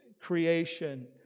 creation